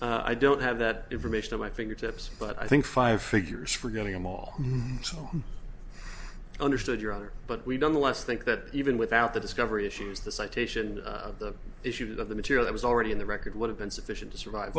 i don't have that information in my fingertips but i think five figures for getting them all i understood your honor but we don't the less think that even without the discovery issues the citation of the issue of the material that was already in the record would have been sufficient to survive